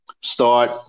start